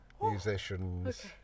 musicians